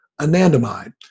anandamide